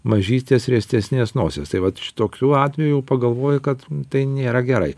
mažytės riestesnės nosies tai vat šitokių atvejų pagalvoji kad tai nėra gerai